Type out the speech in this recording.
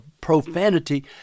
profanity